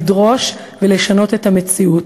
לדרוש ולשנות את המציאות.